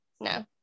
no